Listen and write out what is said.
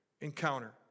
encounter